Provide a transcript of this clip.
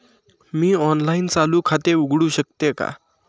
मी online चालू खाते उघडू शकते का?